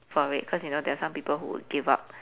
for it cause you know there are some people who would give up